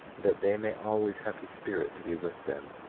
that they may always have his spirit to be with them.